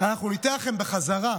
אנחנו ניתן לכם בחזרה,